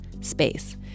space